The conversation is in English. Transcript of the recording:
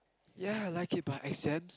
ya I like it but I said